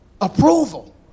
approval